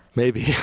maybe.